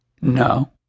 No